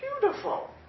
beautiful